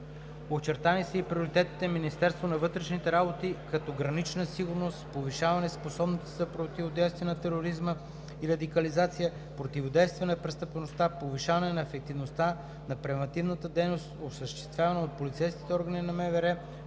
Очертани са и приоритетите на Министерството на вътрешните работи, като гранична сигурност, повишаване способностите за противодействие на тероризма и радикализацията, противодействие на престъпността, повишаване на ефективността на превантивната дейност, осъществявана от полицейските органи на МВР,